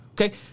Okay